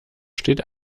steht